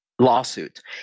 lawsuit